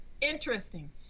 interesting